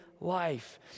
life